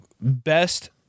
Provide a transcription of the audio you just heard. best